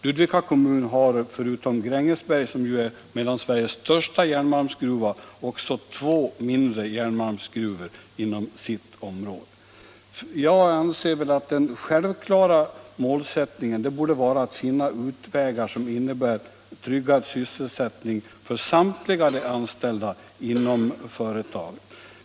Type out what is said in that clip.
Ludvika kommun har förutom Grängesgruvan, som är Mellansveriges största järnmalmsgruva, också två mindre järnmalmsgruvor inom sitt område. Jag anser att den självklara målsättningen bör vara att finna utvägar för att trygga sysselsättningen för samtliga anställda inom företaget.